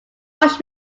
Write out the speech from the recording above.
wash